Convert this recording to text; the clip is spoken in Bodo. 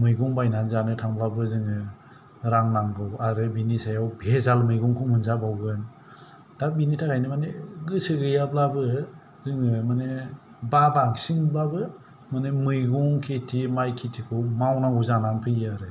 मैगं बायनानै जानो थांब्लाबो जोङो रां नांगौ आरो बिनि सायाव भेजाल मैगंखौ मोनजाबावगोन दा बिनि थाखायनो माने गोसो गैयाब्लाबो जोङो माने बा बांसिनबाबो माने मैगं खेथि माइ खेथिखौ मावनांगौ जानानै फैयो आरो